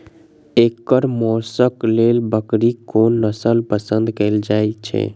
एकर मौशक लेल बकरीक कोन नसल पसंद कैल जाइ छै?